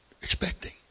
expecting